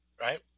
right